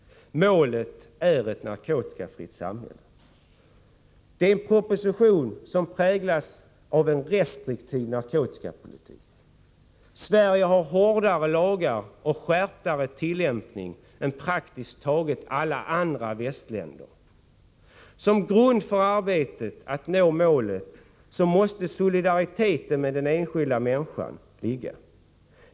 Målet är ett narkotikafritt samhälle. Det är en proposition som präglas av en restriktiv narkotikapolitik. Sverige har hårdare lagar och en hårdare tillämpning än praktiskt taget alla andra västländer. Som grund för arbetet att nå målet måste solidariteten med den enskilda människan ligga.